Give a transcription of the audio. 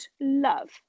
love